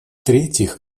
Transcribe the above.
третьих